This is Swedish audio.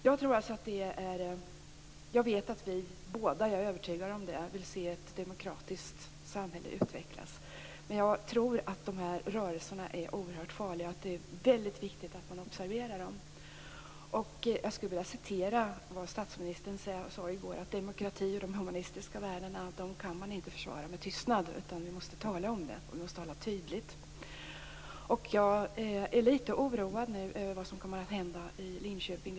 Jag är övertygad om att vi båda vill se ett demokratiskt samhället utvecklas. Men jag tror att dessa rörelser är oerhört farliga och att det därför är mycket viktigt att man observerar dem. Statsministern sade i går att man inte kan försvara demokratin och de humanistiska värdena med tystnad utan att man måste tala tydligt om dem. Jag är litet oroad över vad som kommer att hända i Linköping.